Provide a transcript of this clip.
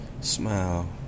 Smile